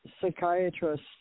psychiatrist